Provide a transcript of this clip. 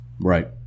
Right